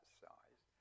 size